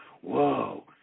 whoa